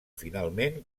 finalment